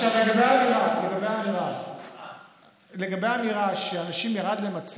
לגבי האמירה שלאנשים ירד הציון,